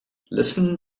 listen